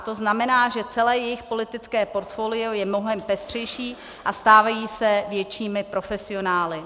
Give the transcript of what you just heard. To znamená, že celé jejich politické portfolio je mnohem pestřejší a stávají se většími profesionály.